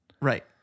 right